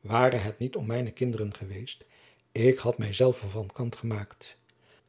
ware het niet om mijne kinderen geweest ik had mijzelve van kant gemaakt